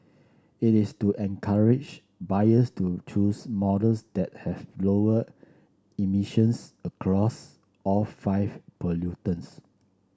it is to encourage buyers to choose models that have lower emissions across all five pollutants